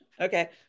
okay